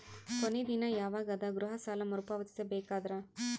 ಕೊನಿ ದಿನ ಯವಾಗ ಅದ ಗೃಹ ಸಾಲ ಮರು ಪಾವತಿಸಬೇಕಾದರ?